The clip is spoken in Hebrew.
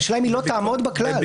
השאלה אם היא לא תעמוד בכלל.